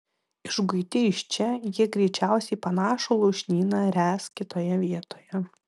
išguiti iš čia jie greičiausiai panašų lūšnyną ręs kitoje vietoje